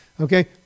okay